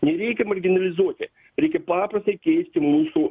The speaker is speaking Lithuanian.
nereikia marginalizuoti reikia paprastai keisti mūsų